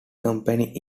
company